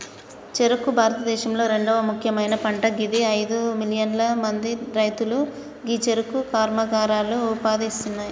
చెఱుకు భారతదేశంలొ రెండవ ముఖ్యమైన పంట గిది అయిదు మిలియన్ల మంది రైతులకు గీ చెఱుకు కర్మాగారాలు ఉపాధి ఇస్తున్నాయి